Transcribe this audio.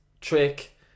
trick